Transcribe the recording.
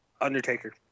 Undertaker